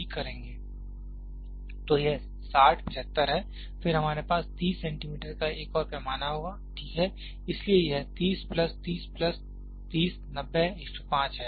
तो यह 60 75 है और फिर हमारे पास 30 सेंटीमीटर का एक और पैमाना होगा ठीक है इसलिए यह 30 प्लस 30 प्लस 30 90 105 है